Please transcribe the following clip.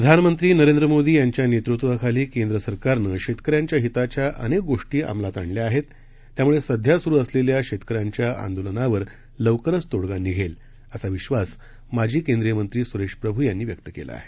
प्रधानमंत्री नरेंद्र मोदी यांच्या नेतृत्वाखाली केंद्र सरकारनं शेतकऱ्यांच्या हिताच्या अनेक गोष्टी अमलात आणल्या आहेत त्यामुळे सध्या सुरु असलेल्या शेतकऱ्यांच्या आंदोलनावर लवकरच तोडगा निघेल असा विश्वास माजी केंद्रीय मंत्री सुरेश प्रभू यांनी व्यक्त केला आहे